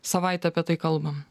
savaitę apie tai kalbam